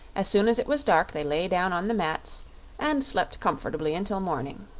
as soon as it was dark they lay down on the mats and slept comfortably until morning.